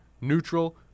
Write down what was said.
neutral